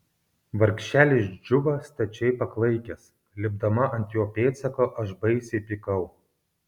vargšelis džuba stačiai paklaikęs lipdama ant jo pėdsako aš baisiai pykau